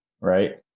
Right